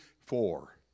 Four